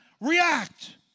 react